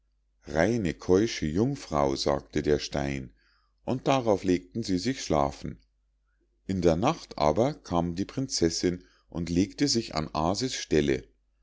reine und keusche jungfrau sagte der stein und darauf legten sie sich schlafen in der nacht aber kam die prinzessinn und legte sich an aase's stelle